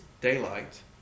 daylight